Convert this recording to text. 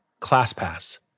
ClassPass